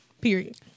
period